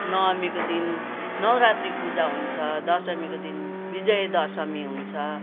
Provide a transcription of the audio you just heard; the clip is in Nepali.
नवमीको दिन नवरात्री पूजा हुन्छ दशमीको दिन विजय दशमी हुन्छ